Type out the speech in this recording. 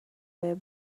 were